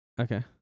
Okay